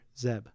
Zeb